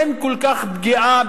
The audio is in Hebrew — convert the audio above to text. אין כל כך פגיעה,